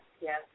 yes